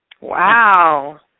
Wow